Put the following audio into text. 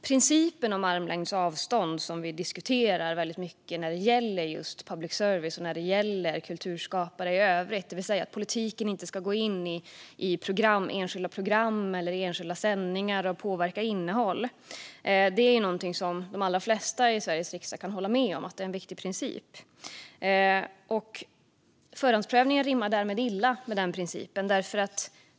Principen om armlängds avstånd, som vi diskuterar mycket i fråga om public service och kulturskapare i övrigt, det vill säga att politiken inte ska gå in i enskilda program och sändningar och påverka innehåll, kan de allra flesta i Sveriges riksdag hålla med om är viktig. Förhandsprövningen rimmar illa med den principen.